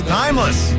timeless